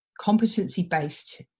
Competency-based